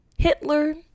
Hitler